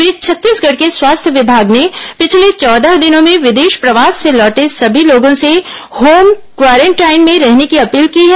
इस बीच छत्तीसगढ़ के स्वास्थ्य विभाग ने पिछले चौदह दिनों में विदेश प्रवास से लौटे सभी लोगों से होम क्वारेंटाइन में रहने की अपील की है